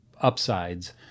upsides